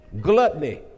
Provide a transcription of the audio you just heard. Gluttony